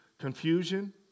confusion